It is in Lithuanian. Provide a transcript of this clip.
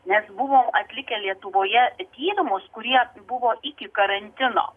nes buvom atlikę lietuvoje tyrimus kurie buvo iki karantino